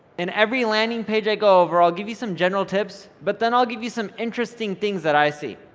in every landing page i go over i'll give you some general tips but then i'll give you some interesting things that i see.